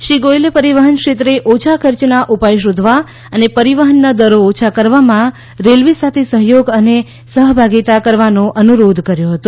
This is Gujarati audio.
શ્રી ગોયલે પરીવહન ક્ષેત્રે ઓછા ખર્ચના ઉપાય શોધવા અને પરીવહનના દરો ઓછા કરવામાં રેલવે સાથે સહયોગ અને સહભાગીતા કરવાનો અનુરોધ કર્યો હતો